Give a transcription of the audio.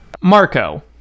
Marco